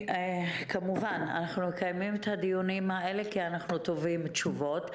כמובן שאנחנו מקיימים את הדיונים האלה כי אנחנו תובעים תשובות.